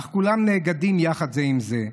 אך כולם נאגדים יחד זה עם זה.